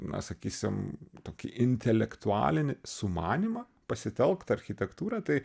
na sakysim tokį intelektualinį sumanymą pasitelkt architektūrą tai